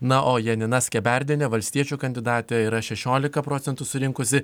na o janina skeberdienė valstiečių kandidatė yra šešiolika procentų surinkusi